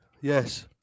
yes